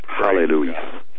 Hallelujah